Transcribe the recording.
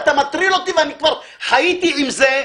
אתה מטריל אותי ואני כבר חייתי עם זה,